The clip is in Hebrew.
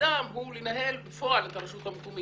תפקידם הוא לנהל בפועל את הרשות המקומית